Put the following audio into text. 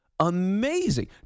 amazing